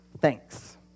thanks